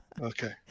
Okay